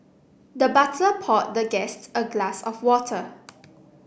the butler poured the guests a glass of water